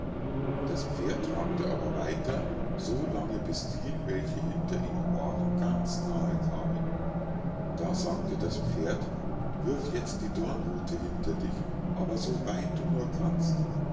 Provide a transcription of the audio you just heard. das pferd trabte aber weiter so lange bis die welche hinter ihnen waren ganz nahe kamen da sagte das pferd wirf jetzt die dornruthe hinter dich aber so weit du nur kannst